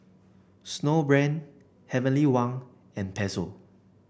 Snowbrand Heavenly Wang and Pezzo